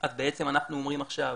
אז בעצם אנחנו אומרים עכשיו